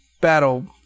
battle